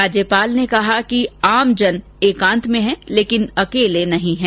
राज्यपाल ने कहा कि आमजन एकांत में है लेकिन अकेले नहीं है